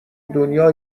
دنیا